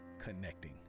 connecting